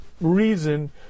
reason